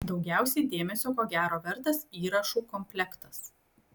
daugiausiai dėmesio ko gero vertas įrašų komplektas